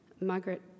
Margaret